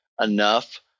enough